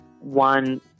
One